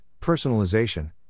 personalization